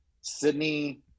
Sydney